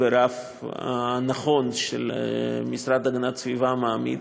ברף הנכון שהמשרד להגנת הסביבה מעמיד,